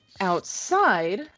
outside